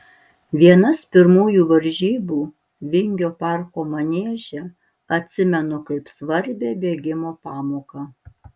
vienas pirmųjų varžybų vingio parko manieže atsimenu kaip svarbią bėgimo pamoką